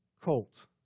colt